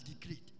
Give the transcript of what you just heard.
decreed